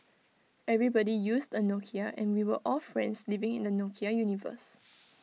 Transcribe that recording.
everybody used A Nokia and we were all friends living in the Nokia universe